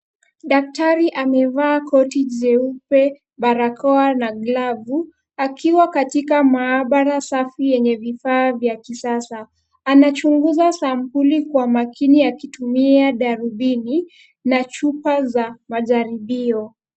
Daktari amevaa koti jeupe, barakoa na glavu akiwa katika maabara safi yenye vifaa vya kisasa. Anachunguza sampuli kwa makini akitumia darubini na chupa za majaribio.